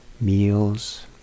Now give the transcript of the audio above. meals